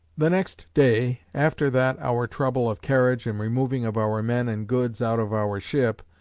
the next day, after that our trouble of carriage and removing of our men and goods out of our ship,